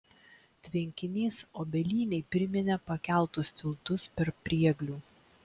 tvenkinys obelynėj priminė pakeltus tiltus per prieglių